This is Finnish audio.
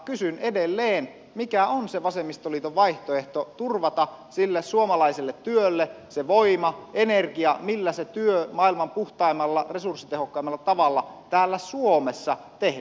kysyn edelleen mikä on se vasemmistoliiton vaihtoehto turvata sille suomalaiselle työlle se voima energia millä se työ maailman puhtaimmalla resurssitehokkaimmalla tavalla täällä suomessa tehdään